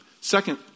Second